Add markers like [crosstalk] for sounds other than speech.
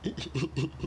[laughs]